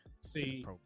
See